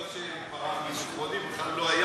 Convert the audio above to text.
לא רק שלא פרח מזיכרוני, בכלל לא היה